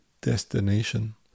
destination